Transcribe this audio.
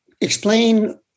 explain